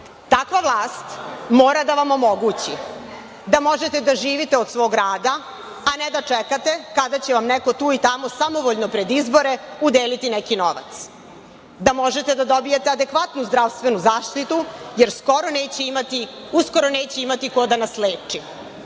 Takva vlast mora da vam omogući da možete da živite od svog rada, a ne da čekate kada će vam neko tu i tamo samovoljno pred izbore udeliti neki novac, da možete da dobije adekvatnu zdravstvenu zaštitu, jer uskoro neće imati ko da nas leči,